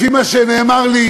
לפי מה שנאמר לי